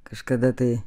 kažkada tai